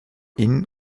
inn